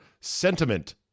sentiment